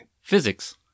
Physics